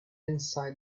inside